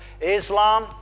Islam